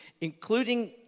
Including